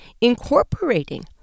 incorporating